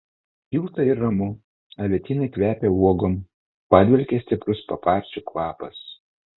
šilta ir ramu avietynai kvepia uogom padvelkia stiprus paparčių kvapas